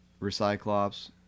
Recyclops